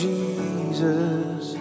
Jesus